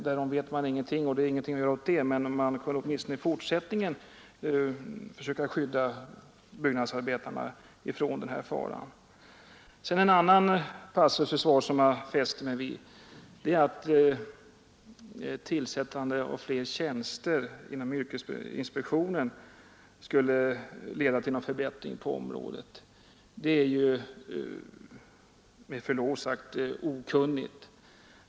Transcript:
Därom vet man ingenting, och det är ingenting att göra åt det, men man kunde åtminstone i fortsättningen försöka skydda byggnadsarbetarna från den här faran. En annan passus i svaret som jag fäster mig vid är att tillsättande av fler tjänster inom yrkesinspektionen skulle leda till förbättring på området. Det är med förlov sagt okunnigt.